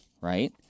right